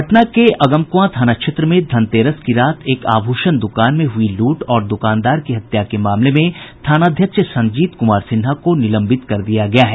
पटना के अगमकुआं थाना क्षेत्र में धनतेरस की रात एक आभूषण दुकान में हुई लूट और दुकानदार की हत्या के मामले में थानाध्यक्ष संजीत कुमार सिन्हा को निलंबित कर दिया गया है